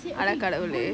அட கடவுளே:ada kadavulae